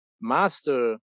master